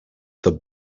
the